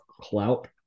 clout